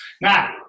Now